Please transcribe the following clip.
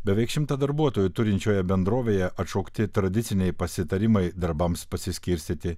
beveik šimtą darbuotojų turinčioje bendrovėje atšaukti tradiciniai pasitarimai darbams pasiskirstyti